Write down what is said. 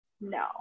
no